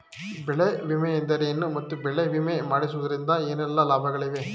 ಬೆಳೆ ವಿಮೆ ಎಂದರೇನು ಮತ್ತು ಬೆಳೆ ವಿಮೆ ಮಾಡಿಸುವುದರಿಂದ ಏನೆಲ್ಲಾ ಲಾಭಗಳಿವೆ?